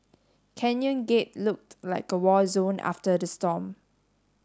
Canyon Gate looked like a war zone after the storm